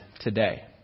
today